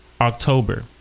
October